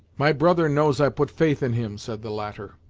my brother knows i put faith in him, said the latter,